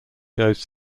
goes